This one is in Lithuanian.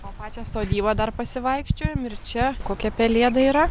po pačią sodybą dar pasivaikščiojam ir čia kokia pelėda yra